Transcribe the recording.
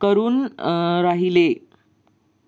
करून राहिले